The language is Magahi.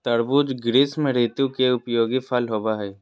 तरबूज़ ग्रीष्म ऋतु के उपयोगी फल होबो हइ